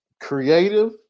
creative